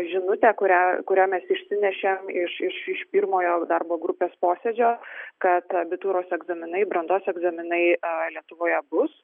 žinutę kurią kurią išsinešėm iš iš iš pirmojo darbo grupės posėdžio kad abitūros egzaminai brandos egzaminai lietuvoje bus